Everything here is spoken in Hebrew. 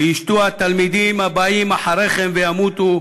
וישתו התלמידים הבאים אחריכם וימותו,